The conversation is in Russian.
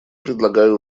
предлагаю